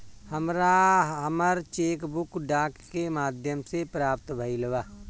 हमरा हमर cheque book डाक के माध्यम से प्राप्त भईल बा